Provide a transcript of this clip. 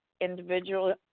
individual